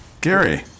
Gary